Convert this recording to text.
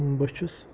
بہٕ چھُس